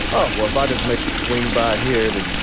oh, well, if i does make swing by here to,